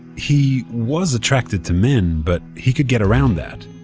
he was attracted to men but he could get around that,